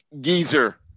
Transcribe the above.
geezer